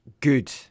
good